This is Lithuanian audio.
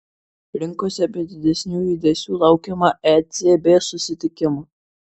rinkose be didesnių judesių laukiama ecb susitikimo